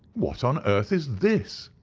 what on earth is this?